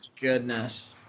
goodness